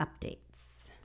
updates